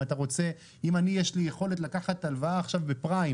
אם יש לי יכולת לקחת הלוואה עכשיו בפריים